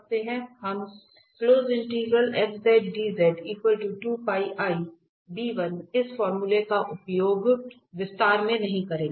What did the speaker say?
हम इस फार्मूला का उपयोग विस्तार में नहीं करेंगे